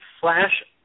flash